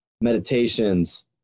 meditations